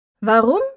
warum